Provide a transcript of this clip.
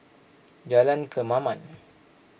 Jalan Kemaman